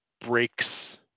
breaks